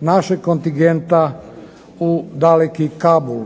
našeg kontingenta u daleki Kabul.